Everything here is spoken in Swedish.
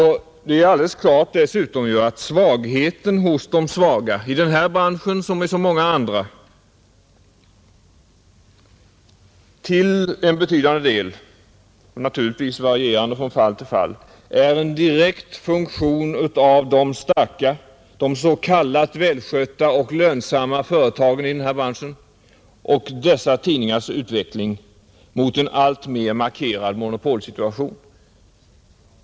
Dessutom är det alldeles klart att svagheten hos de små — i den här branschen liksom i så många andra — till en betydande del, naturligtvis varierande från fall till fall, är en direkt funktion av de starka tidningarnas, de s.k. välskötta och lönsamma företagen, utveckling mot en alltmer markerad monopolsituation.